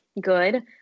good